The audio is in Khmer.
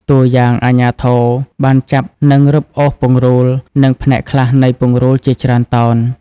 តួយ៉ាង អាជ្ញាធរបានចាប់និងរឹបអូសពង្រូល និងផ្នែកខ្លះនៃពង្រូលជាច្រើនតោន។